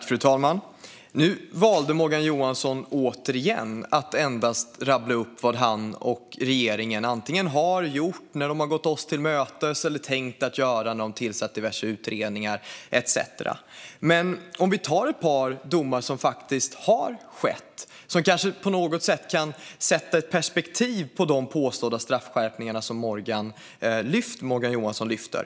Fru talman! Nu valde Morgan Johansson återigen att endast rabbla upp vad han och regeringen antingen har gjort när de har gått oss till mötes eller tänkt göra när de tillsatt diverse utredningar etcetera. Men vi kan ta upp några domar som faktiskt finns. De kan kanske på något sätt göra att man får perspektiv på de påstådda straffskärpningar som Morgan Johansson lyfter.